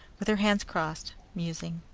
with her hands crossed, musing.